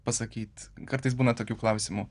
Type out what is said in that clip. pasakyt kartais būna tokių klausimų